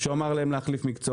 כשהוא אמר להם להחליף מקצוע.